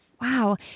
Wow